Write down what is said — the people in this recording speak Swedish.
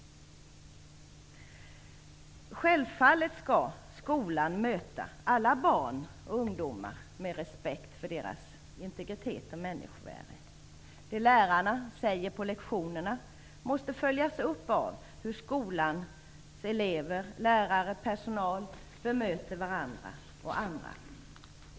Självfallet skall skolan möta alla barn och ungdomar med respekt för deras integritet och människovärde. Det lärarna säger på lektionen måste följas upp av hur skolans elever, lärare och personal bemöter varandra och andra.